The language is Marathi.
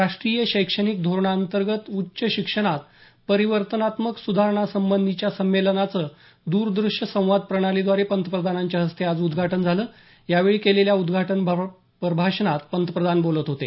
राष्ट्रीय शैक्षणिक धोरणाअंतर्गत उच्च शिक्षणात परिवर्तनात्मक सुधारणांसंबंधीच्या संमेलनाचं द्रदृश्य संवाद प्रणालीद्वारे पंतप्रधानांच्या हस्ते आज उद्घाटन झालं यावेळी केलेल्या उद्घाटनपर भाषणात पंतप्रधान बोलत होते